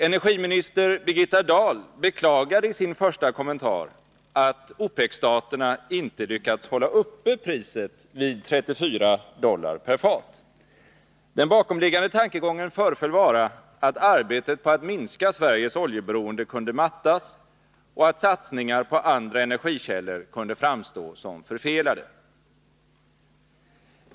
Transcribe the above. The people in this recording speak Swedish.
Energiminister Birgitta Dahl beklagade i sin första kommentar att OPEC staterna inte lyckats hålla uppe priset vid 34 dollar per fat. Den bakomliggande tankegången föreföll vara att arbetet på att minska Sveriges oljeberoende kunde mattas och att satsningar på andra energikällor kunde framstå som förfelade.